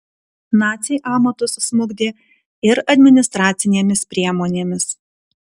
naciai amatus smukdė ir administracinėmis priemonėmis